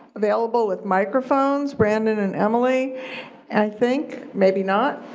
available with microphones, brandon and emily and i think, maybe not,